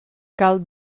cal